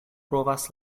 provas